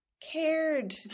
cared